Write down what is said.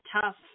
tough